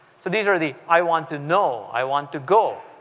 so these are the i want to know, i want to go,